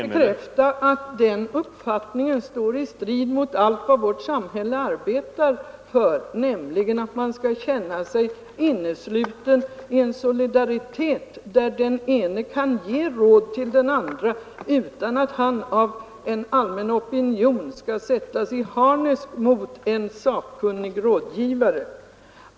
Herr talman! Den uppfattningen står i strid med allt vad vårt samhälle arbetar för, nämligen att man skall känna sig innesluten i en solidaritet, där den ene kan ge råd till den andre, utan att den senare av en allmän opinion skall sättas i harnesk mot en sakkunnig rådgivare.